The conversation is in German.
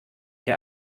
der